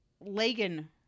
Lagan